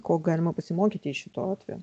ko galima pasimokyti iš šito atvejo